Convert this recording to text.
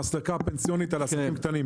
את המסלקה הפנסיונית על עסקים קטנים.